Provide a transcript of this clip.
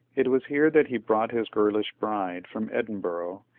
it was here that he brought his girlish bride from edinburgh,